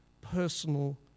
personal